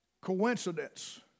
Coincidence